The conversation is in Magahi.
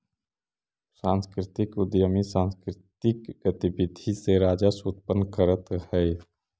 सांस्कृतिक उद्यमी सांकृतिक गतिविधि से राजस्व उत्पन्न करतअ हई